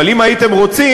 אבל אם הייתם רוצים,